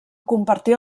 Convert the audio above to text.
compartir